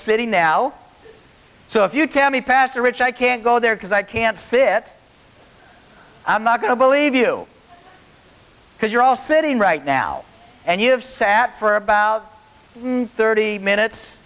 sitting now so if you tell me pastor rich i can't go there because i can't sit i'm not going to believe you because you're all sitting right now and you have sat for about thirty minutes